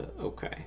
Okay